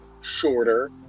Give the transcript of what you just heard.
shorter